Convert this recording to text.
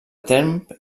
tremp